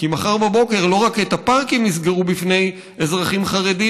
כי מחר בבוקר לא רק את הפארקים יסגרו בפני אזרחים חרדים,